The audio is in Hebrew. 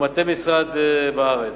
ומטה המשרד בארץ.